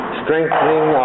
strengthening